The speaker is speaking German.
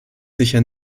sicher